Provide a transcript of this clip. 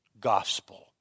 gospel